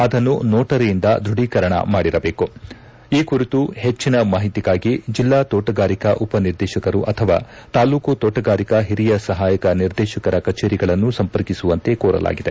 ಅದನ್ನು ನೋಟರಿಯಿಂದ ದೃಢಿಕರಣ ಮಾಡಿಸಿರಬೇಕು ಈ ಕುರಿತು ಹೆಚ್ಚಿನ ಮಾಹಿತಿಗಾಗಿ ಜಿಲ್ಲಾ ತೋಟಗಾರಿಕಾ ಉಪನಿರ್ದೇಶಕರು ಅಥವಾ ತಾಲೂಕು ತೋಟಗಾರಿಕಾ ಹಿರಿಯ ಸಹಾಯಕ ನಿರ್ದೇಶಕರ ಕಚೇರಿಗಳನ್ನು ಸಂಪರ್ಕಿಸುವಂತೆ ಕೋರಲಾಗಿದೆ